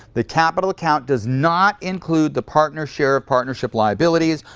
the capital account does not include the partner's share of partnership liabilities,